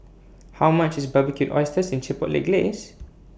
How much IS Barbecued Oysters in Chipotle Glaze